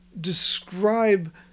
describe